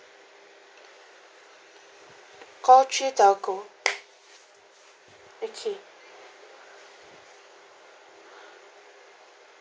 call three telco okay